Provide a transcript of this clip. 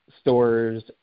stores